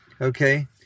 Okay